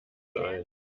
sein